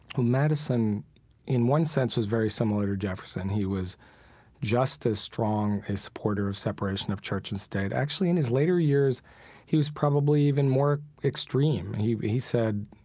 um madison in one sense was very similar to jefferson. he was just as strong a supporter of separation of church and state. actually in his later years he was probably even more extreme. he he said,